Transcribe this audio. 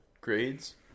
grades